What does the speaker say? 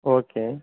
okay